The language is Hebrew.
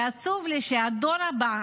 עצוב לי שהדור הבא,